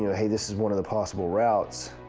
you know hey, this is one of the possible routes.